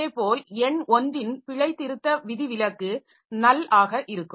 இதேபோல் எண் 1 ன் பிழைத்திருத்த விதிவிலக்கு நல் ஆக இருக்கும்